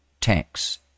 tax